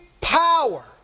power